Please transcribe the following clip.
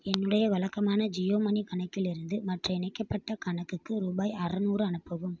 என்னுடைய வழக்கமான ஜியோ மனி கணக்கிலிருந்து மற்ற இணைக்கப்பட்ட கணக்குக்கு ரூபாய் அறநூறு அனுப்பவும்